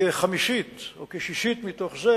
כחמישית או כשישית מתוך זה